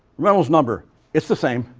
reynolds number it's the same,